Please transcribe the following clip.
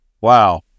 wow